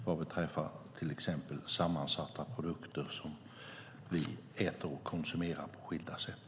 Det handlar om till exempel sammansatta produkter som vi äter och konsumerar på skilda sätt.